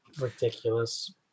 Ridiculous